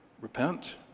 repent